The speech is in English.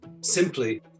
simply